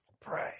pray